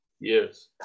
yes